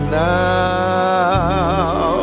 now